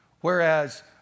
whereas